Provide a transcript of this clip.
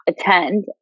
attend